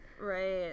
Right